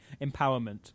empowerment